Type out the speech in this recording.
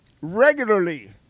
regularly